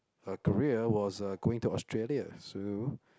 the career was uh going to Australia to